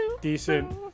decent